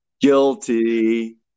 Guilty